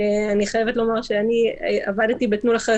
אני חייבת לומר שעבדתי ב"תנו לחיות